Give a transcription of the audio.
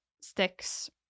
sticks